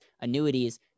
annuities